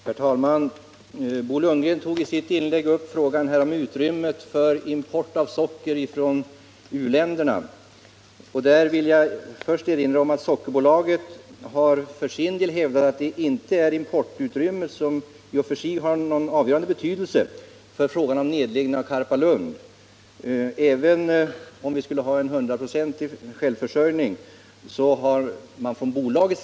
Herr talman! Bo Lundgren tog i sitt inlägg upp frågan om utrymmet för import av socker från u-länderna. Jag vill först erinra om att Sockerbolaget för sin del har hävdat, att importbehovet i och för sig inte har någon betydelse för frågan om nedläggning av Karpalund. Bolaget skulle ha samma syn på denna fråga, även om vi hade en hundraprocentig självförsörjning i vad gäller socker.